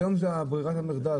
היום זאת ברירת המחדל.